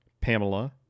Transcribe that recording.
Pamela